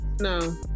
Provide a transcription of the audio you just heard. No